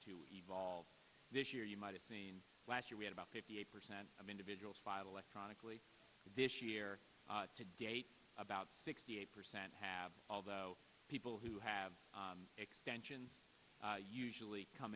to evolve this year you might have seen last year we had about fifty eight percent of individuals filed electronically this year to date about sixty eight percent have all the people who have extensions usually come